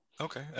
okay